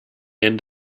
end